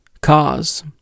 cause